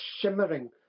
shimmering